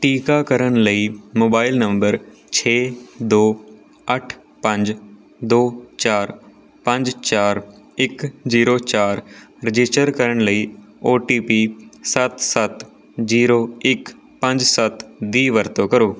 ਟੀਕਾਕਰਨ ਲਈ mobile number ਛੇ ਦੋ ਅੱਠ ਪੰਜ ਦੋ ਚਾਰ ਪੰਜ ਚਾਰ ਇੱਕ ਜ਼ੀਰੋ ਚਾਰ ਰਜਿਸਟਰ ਕਰਨ ਲਈ ਓ ਟੀ ਪੀ ਸੱਤ ਸੱਤ ਜ਼ੀਰੋ ਇੱਕ ਪੰਜ ਸੱਤ ਦੀ ਵਰਤੋਂ ਕਰੋ